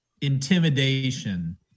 intimidation